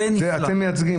אתם מייצגים?